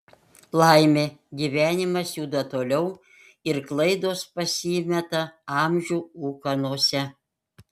laimė gyvenimas juda toliau ir klaidos pasimeta amžių ūkanose